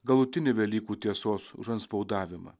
galutinį velykų tiesos užantspaudavimą